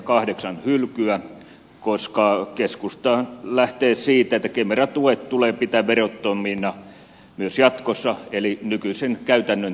lakiehdotuksen hylkyä koska keskusta lähtee siitä että kemera tuet tulee pitää verottomina myös jatkossa eli nykyisen käytännön tulee jatkua